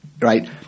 right